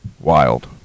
wild